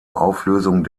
auflösung